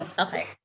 Okay